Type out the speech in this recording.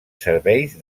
serveis